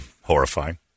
horrifying